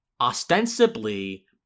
ostensibly